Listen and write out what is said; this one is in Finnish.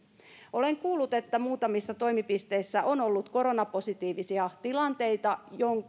olen kuullut että muutamissa toimipisteissä on ollut koronapositiivisia tilanteita